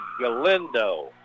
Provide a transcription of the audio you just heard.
Galindo